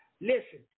listen